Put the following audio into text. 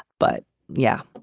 but yeah,